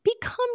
become